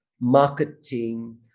marketing